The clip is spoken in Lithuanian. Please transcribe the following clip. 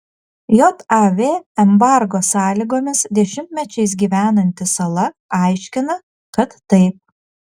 jav embargo sąlygomis dešimtmečiais gyvenanti sala aiškina kad taip